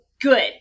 good